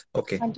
okay